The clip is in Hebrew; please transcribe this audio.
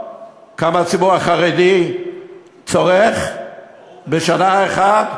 כמה הציבור החרדי צורך בשנה אחת?